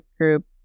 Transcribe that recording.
group